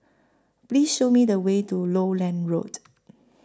Please Show Me The Way to Lowland Road